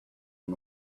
and